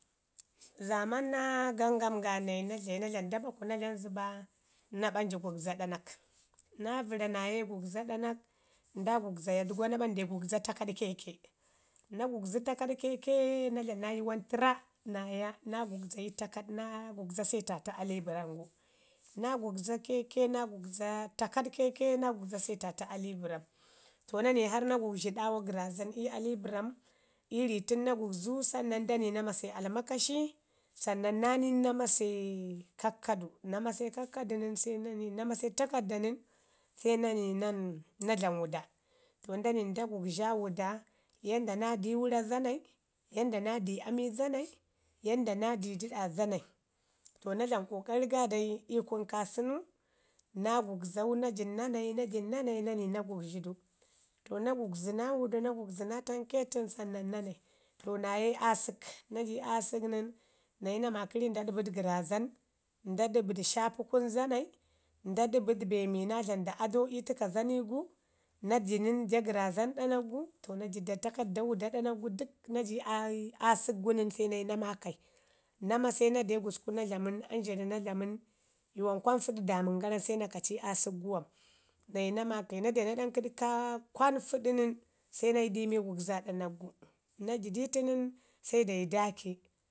Zaaman naa ganga gannai, na de na dlam dabaku na dlami zəba na ɓanji gugza ɗanak, naa vəra naa ye gugza ɗanak. Nda gugza dəgo na ɓanji gugza takaɗ keke na gugzu takaɗ keke na dlam na yuwan tərra naa ya na gugza takaɗ na gugza setata alibərram gu. N gugza keke naa gugza takaɗ keke naa gugza setata alibərram to na nai harr na gugzhi ɗaawa gərrazan i alibərram ii ni tən na gugzu sannan na mase almakashi sannan naa ni na mase kakkadu na mase kakkadi nən se na nai na mase takarrda nən na nai na dlam wuda to nda nai nda gugza wuda yanda na di wura zanai, yanda naa di ami zanai, yanda naa di daɗa zanai, to na dlam ƙoƙari dai ii kunu kasənu naa gugzau, na jin nanai na jin naa nai na ni naa gugzhi du. To na gugzu naa wuda na gugzu naa tanke tən sannan na nai to na ye asək, naji asək nən naa yi na maaki ri nda dəbəɗ gərrzam nda ɗəbəɗ shati kunu zanai nda bəbəɗ be mi nda dlama du ado i təka zani gu, na ji nən ja gərrazan ɗanak gu, to na ji ja takarrda ɗanak gu dək na ji aasək gu nən nayi masai makai na mase nade na dlamu nəni amzharu naa dlamu nəni yuwan kwan fuɗu daamən gara nən se na kaci aasək gu wam nayi naa maakai, na de naa ɗankə du ka kwan fuɗu nən se nayi i mi gugza ɗanak gu, na ji di lu nən se dayi daiki